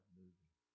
moving